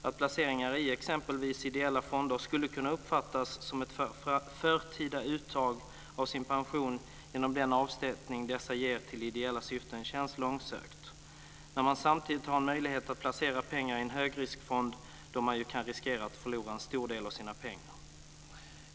Att placeringar i exempelvis ideella fonder skulle kunna uppfattas som ett förtida uttag av pensionen genom den avsättning som dessa ger till ideella syften känns långsökt, när man samtidigt har möjlighet att placera pengar i en högriskfond där man ju kan riskera att förlora en stor del av sina pengar.